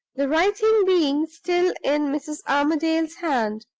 the writing being still in mrs. armadale's hand.